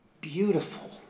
beautiful